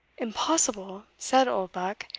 impossible, said oldbuck,